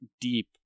deep